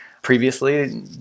previously